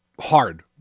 hard